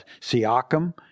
Siakam